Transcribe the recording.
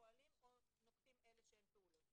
פועלים ונוקטים פעולות.